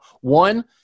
One